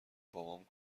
بابام